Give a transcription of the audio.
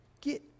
Get